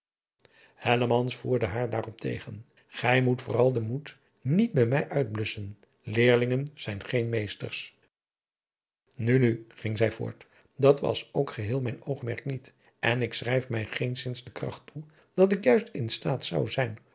voerde haar daarop tegen gij moet vooral den moed niet bij mij uitblusschen leerlingen zijn geen meesters nu nu ging zij voort dat was ook geheel mijn oogmerk niet en ik schrijf mij geenszins de kracht toe dat ik juist in staat zou zijn